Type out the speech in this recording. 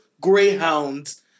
greyhounds